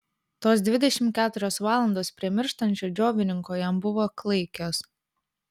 tos dvidešimt keturios valandos prie mirštančio džiovininko jam buvo klaikios